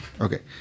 Okay